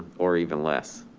or even less?